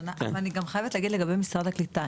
ואני גם חייבת להגיד גם לגבי משרד הקליטה,